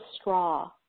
straw